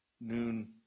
noon